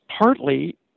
partly